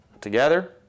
together